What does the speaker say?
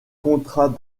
contrat